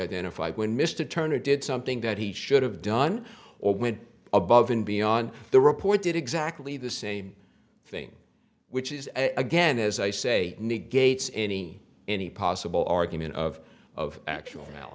identified when mr turner did something that he should have done or went above and beyond the report did exactly the same thing which is again as i say negates any any possible argument of of actual